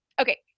Okay